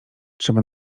trzeba